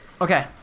Okay